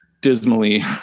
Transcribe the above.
dismally